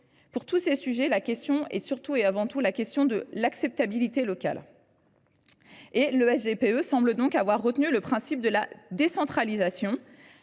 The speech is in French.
Sur tous ces sujets se pose avant tout la question de l’acceptabilité locale. Le SGPE semble donc avoir retenu le principe de la décentralisation.